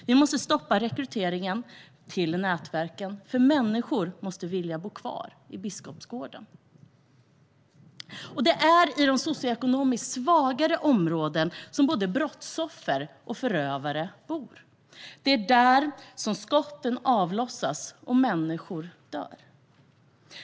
Vi måste stoppa rekryteringen till nätverken, för människor måste vilja bo kvar i Biskopsgården. Det är i de socioekonomiskt svagare områdena som både brottsoffer och förövare bor. Det är där skotten avlossas och människor dör.